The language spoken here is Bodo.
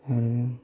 आरो